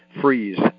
freeze